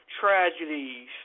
tragedies